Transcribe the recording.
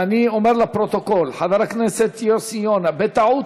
ואני אומר לפרוטוקול: חבר הכנסת יוסי יונה בטעות